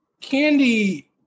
Candy